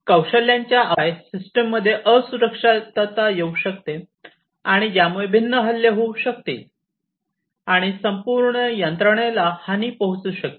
कौशल्यांच्या अभावाशिवाय सिस्टम मध्ये असुरक्षितता येऊ शकते आणि ज्यामुळे भिन्न हल्ले होऊ शकतील आणि संपूर्ण यंत्रणेला हानी पोहचू शकतील